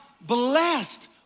blessed